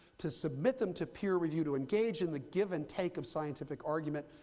to submit them to peer review, to engage in the give and take of scientific argument,